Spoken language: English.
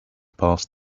past